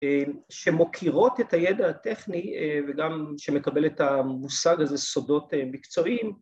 ‫שמוכירות את הידע הטכני, ‫וגם שמקבלת את המושג הזה סודות מקצועיים.